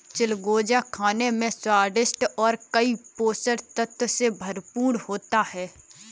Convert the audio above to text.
चिलगोजा खाने में स्वादिष्ट और कई पोषक तत्व से भरपूर होता है